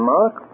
Mark